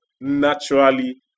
naturally